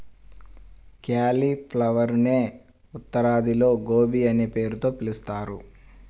క్యాలిఫ్లవరునే ఉత్తరాదిలో గోబీ అనే పేరుతో పిలుస్తారు